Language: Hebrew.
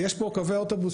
יש כאן קווי אוטובוס,